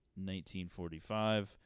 1945